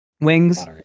wings